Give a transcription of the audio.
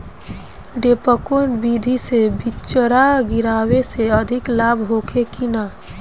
डेपोक विधि से बिचड़ा गिरावे से अधिक लाभ होखे की न?